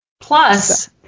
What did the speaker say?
plus